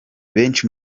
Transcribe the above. benshi